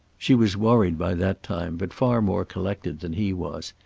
she was worried by that time, but far more collected than he was.